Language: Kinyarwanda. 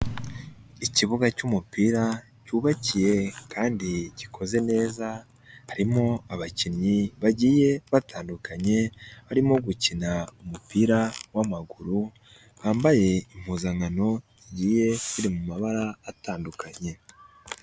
Ikibuga cy'umupira cyubakiye kandi gikoze neza, harimo abakinnyi bagiye batandukanye barimo gukina umupira w'amaguru, bambaye impuzankano zigiye ziri mu mabara atandukanye.